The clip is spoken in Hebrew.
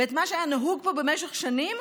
ואת מה שהיה נהוג פה במשך שנים.